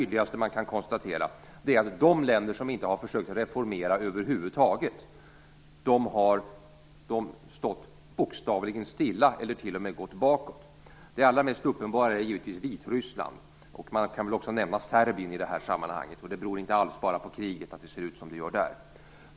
Det man kan konstatera allra tydligast är att de länder som inte har försökt reformera över huvud taget har stått bokstavligen stilla eller t.o.m. gått bakåt. Det allra mest uppenbara exemplet är givetvis Vitryssland, och man kan också nämna Serbien i sammanhanget - det beror inte alls bara på kriget att det ser ut som det gör där.